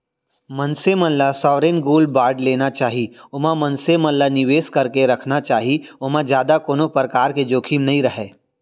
मनसे मन ल सॉवरेन गोल्ड बांड लेना चाही ओमा मनसे मन ल निवेस करके रखना चाही ओमा जादा कोनो परकार के जोखिम नइ रहय